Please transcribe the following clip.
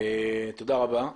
תודה רבה.